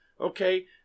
okay